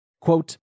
Quote